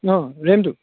অঁ ৰেমটো